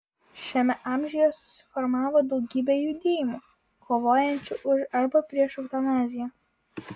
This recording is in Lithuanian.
šiame amžiuje susiformavo daugybė judėjimų kovojančių už arba prieš eutanaziją